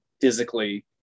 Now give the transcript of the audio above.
physically